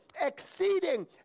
exceeding